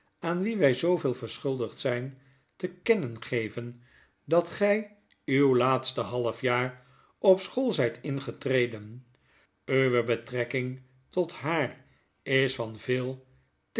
aan wie wy zooveel verschuldigd zijn te kennen geven dat gy uw laatste halfjaar op school zytingetreden uwe betrekking tot haar is van veel